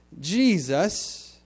Jesus